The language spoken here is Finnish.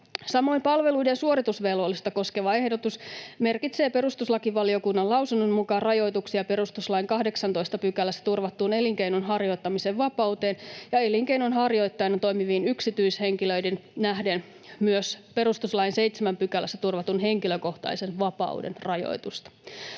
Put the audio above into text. Samoin palveluiden suoritusvelvollisuutta koskeva ehdotus merkitsee perustuslakivaliokunnan lausunnon mukaan rajoituksia perustuslain 18 §:ssä turvattuun elinkeinon harjoittamisen vapauteen ja elinkeinonharjoittajana toimiviin yksityishenkilöihin nähden myös perustuslain 7 §:ssä turvatun henkilökohtaisen vapauden rajoitusta.